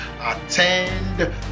attend